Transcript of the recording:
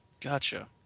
Gotcha